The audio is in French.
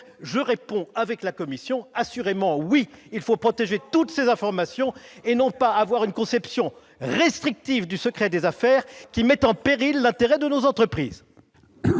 Je réponds, avec la commission, assurément oui ! Il faut protéger toutes ces informations, et non pas avoir une conception restrictive du secret des affaires qui mette en péril l'intérêt de nos entreprises.